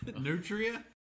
Nutria